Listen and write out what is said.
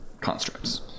constructs